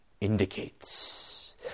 indicates